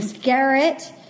garrett